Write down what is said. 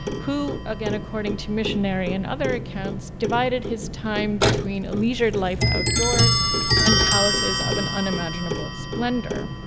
who, again according to missionary and other accounts, divided his time between a leisured life outdoors and palaces of an unimaginable splendor.